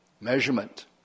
measurement